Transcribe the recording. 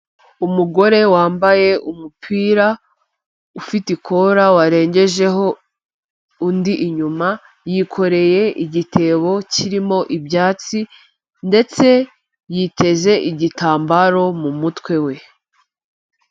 Umugore wambaye umupira ufite ikora, warengejeho undi inyuma, yikoreye igitebo kirimo ibyatsi ndetse yiteze igitambaro mu mutwe we.